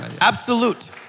Absolute